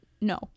No